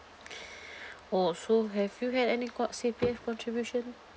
oh so have you had any con~ C_P_F contribution